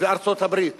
וארצות-הברית